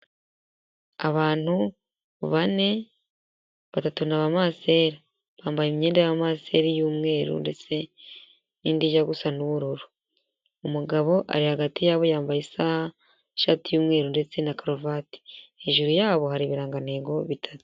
Abantu bane, batatu ni aba-masera; bambaye imyenda y'aba-masera y'umweru ndetse n'indi ijya gusa n'ubururu. Umugabo ari hagati yabo yambaye isaha, ishati y'umweru ndetse na karuvati. Hejuru yabo hari ibirangantego bitatu.